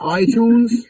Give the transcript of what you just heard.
iTunes